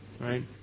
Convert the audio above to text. right